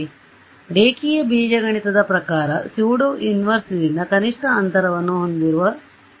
ಆದ್ದರಿಂದ ರೇಖೀಯ ಬೀಜಗಣಿತದ ಪ್ರಕಾರ ಸ್ಯೂಡೊ ಇನ್ವರ್ಸ್ ಕೇಂದ್ರ ದಿಂದ ಕನಿಷ್ಠ ಅಂತರವನ್ನು ಹೊಂದಿರುವ ಪರಿಹಾರವಾಗಿದೆ